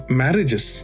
marriages